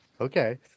Okay